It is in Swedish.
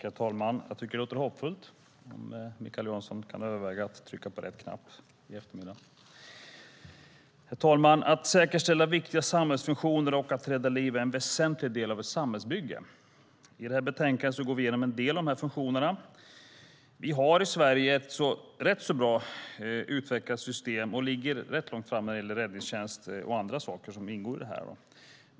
Herr talman! Jag tycker att det låter hoppfullt att Mikael Jansson kan överväga att trycka på rätt knapp vid omröstningen i eftermiddag. Att säkerställa viktiga samhällsfunktioner och att rädda liv är en väsentlig del av ett samhällsbygge. I det här betänkandet går vi igenom en del av dessa funktioner. Vi har i Sverige utvecklat ett rätt bra system och ligger ganska långt framme när det gäller räddningstjänst och annat som ingår i det.